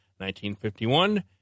1951